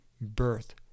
birth